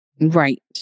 Right